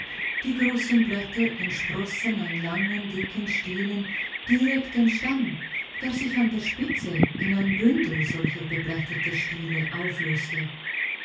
die großen blätter entsproßten an langen dicken stielen direkt dem stamm der sich an der spitze in ein bündel solcher beblätterter stiele auflöste